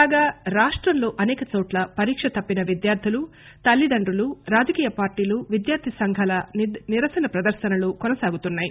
కాగా రాష్టంలో అసేకచోట్ల పరీక్ష తప్పిన విద్యార్దులు తల్లిదండ్రులు రాజకీయ పార్టీలు విద్యార్ధి సంఘాల నిరసన ప్రదర్శనలు కొనసాగుతున్నాయి